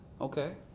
okay